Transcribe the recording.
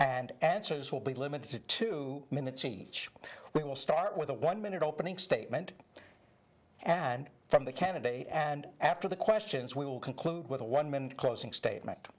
and answers will be limited to two minutes each we will start with a one minute opening statement and from the candidate and after the questions we will conclude with a one man closing statement